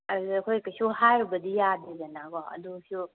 ꯑꯗꯨꯗ ꯑꯩꯈꯣꯏ ꯀꯩꯁꯨ ꯍꯥꯏꯔꯨꯕꯗꯤ ꯌꯥꯗꯦꯗꯅꯀꯣ ꯑꯗꯨꯁꯨ